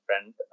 friend